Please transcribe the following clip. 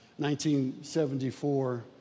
1974